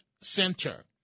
Center